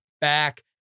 back